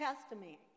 testimony